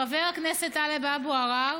חבר הכנסת טלב אבו עראר